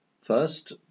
First